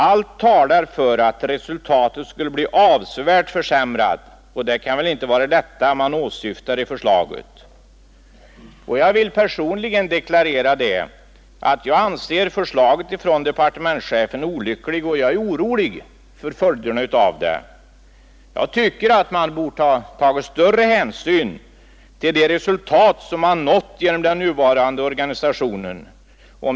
Allt talar för att resultatet skulle bli avsevärt försämrat och det kan väl inte vara detta som man åsyftar i förslaget.” Jag vill personligen deklarera att jag anser departementschefens förslag olyckligt, och jag är orolig för följderna av det. Jag tycker att man bort ta större hänsyn till de resultat som uppnåtts genom den nuvarande organisationen.